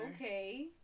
okay